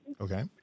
Okay